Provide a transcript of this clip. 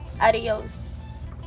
Adios